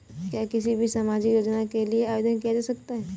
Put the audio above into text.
क्या किसी भी सामाजिक योजना के लिए आवेदन किया जा सकता है?